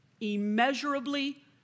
immeasurably